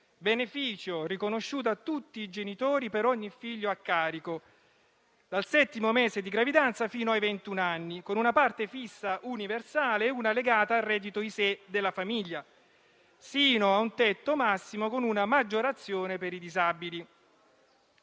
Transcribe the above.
beneficio, riconosciuto a tutti i genitori per ogni figlio a carico dal settimo mese di gravidanza fino ai ventun anni, con una parte fissa universale e una legata al reddito ISEE della famiglia fino a un tetto massimo con una maggiorazione per i disabili.